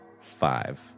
five